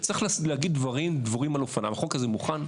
צריך להגיד דברים דבורים על אופניו החוק הזה מוכן,